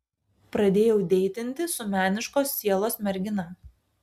pradėjau deitinti su meniškos sielos mergina